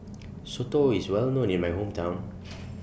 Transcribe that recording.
Soto IS Well known in My Hometown